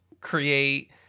create